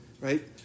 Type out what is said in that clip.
Right